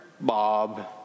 Bob